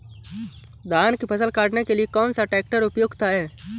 धान की फसल काटने के लिए कौन सा ट्रैक्टर उपयुक्त है?